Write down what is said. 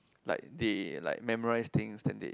like they like memories things then they